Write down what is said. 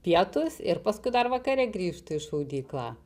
pietus ir paskui dar vakare grįžtu iš šaudyklą